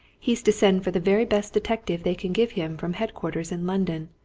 he's to send for the very best detective they can give him from headquarters in london,